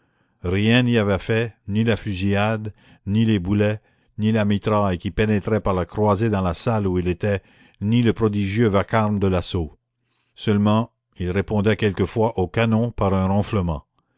rien n'y avait fait ni la fusillade ni les boulets ni la mitraille qui pénétrait par la croisée dans la salle où il était ni le prodigieux vacarme de l'assaut seulement il répondait quelquefois au canon par un ronflement